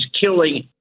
killing